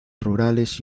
rurales